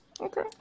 Okay